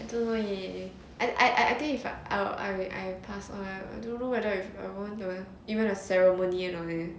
做 lor 你 I I I think if I I I pass on I don't know whether if I want the even the ceremony at all leh you